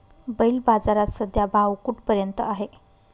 बैल बाजारात सध्या भाव कुठपर्यंत आहे?